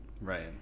Right